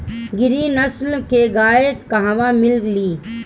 गिरी नस्ल के गाय कहवा मिले लि?